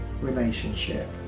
relationship